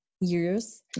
years